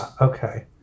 okay